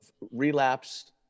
relapsed